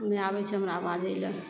नहि आबय छै हमरा बाजय लए